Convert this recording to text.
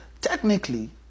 Technically